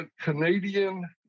Canadian